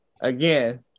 Again